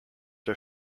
der